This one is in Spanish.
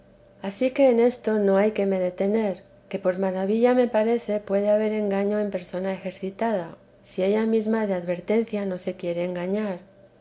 ansí que en esto no hay que me detener que por maravilla me parece puede haber engaño en persona ejercitada si ella mesma de advertencia no se quiere engañar